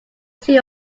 two